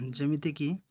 ଯେମିତିକି